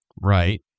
Right